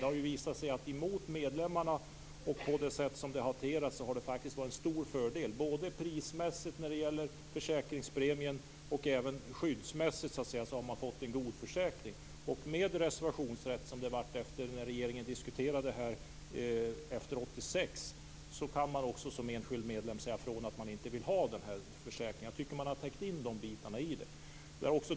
Det har visat sig att försäkringarna på det sätt som de hanterats har varit en stor fördel för medlemmarna. Både prismässigt - det gäller försäkringspremien - och skyddsmässigt har medlemmarna fått en god försäkring. Till följd av reservationsrätten, som kom efter det att regeringen diskuterade frågan 1986, kan man som enskild medlem säga ifrån om att man inte vill ha försäkringen. Jag tycker att vi har täckt in de bitarna.